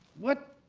what